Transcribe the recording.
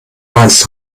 meinst